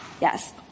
Yes